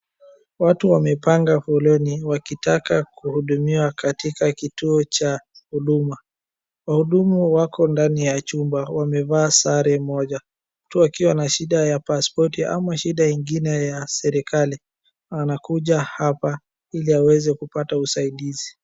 Watu wamepanga foleni wakitaka kuhudumiwa katika kituo cha huduma, wahudumu wako ndani ya chumba wamevaa sare moja. Watu wakiwa na shida ya pasipoti ama shida ingine ya serikali wanakuja hapa ili waweze kupata usaidizi.